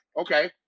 okay